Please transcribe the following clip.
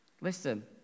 Listen